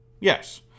Yes